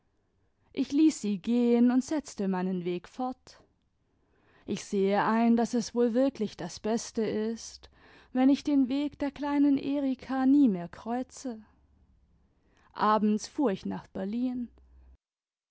ich ließ sie gehen und setzte meinen weg fort ich sehe ein daß es wohl wirklich das beste ist wenn ich den weg der kleinen erika nie mehr kreuze abends fuhr ich nach berlin